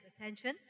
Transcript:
attention